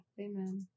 Amen